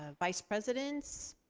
ah vice presidents,